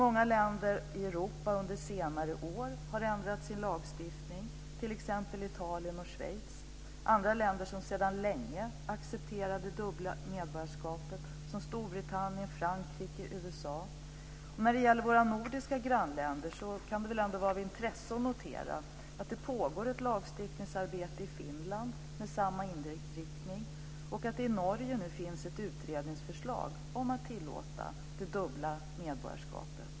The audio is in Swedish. Många länder i Europa har under senare år ändrat sin lagstiftning, t.ex. Italien och Schweiz. Andra länder accepterar sedan länge det dubbla medborgarskapet, bl.a. Storbritannien, Frankrike och USA. När det gäller våra nordiska grannländer kan det väl vara av intresse att notera att det pågår ett lagstiftningsarbete i Finland med samma inriktning och att det i Norge nu finns ett utredningsförslag om att tilllåta dubbelt medborgarskap.